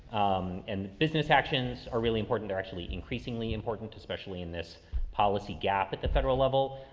um, and business actions are really important to actually increasingly important, especially in this policy gap at the federal level.